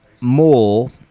more